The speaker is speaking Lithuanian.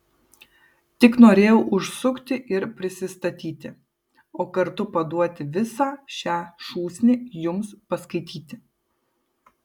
tik norėjau užsukti ir prisistatyti o kartu paduoti visą šią šūsnį jums paskaityti